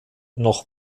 noch